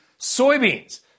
Soybeans